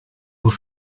were